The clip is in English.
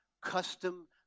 custom